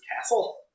castle